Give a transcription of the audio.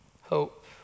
hope